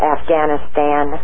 Afghanistan